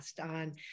on